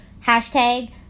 hashtag